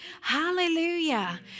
Hallelujah